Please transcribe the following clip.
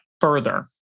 further